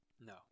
No